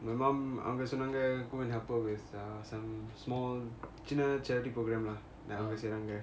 my mum அவங்க சொன்னாங்க:avanga sonanga go and help her with some small charity event program lah அவங்க செய்றங்க:avanga seiranga